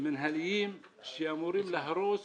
מינהליים שאמורים להרוס